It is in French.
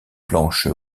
planches